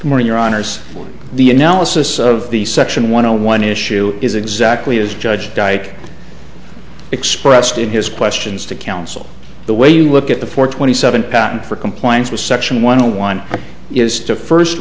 more in your honour's the analysis of the section one hundred one issue is exactly as judge dyke expressed in his questions to counsel the way you look at the four twenty seven patent for compliance with section one hundred one is to first